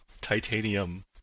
Titanium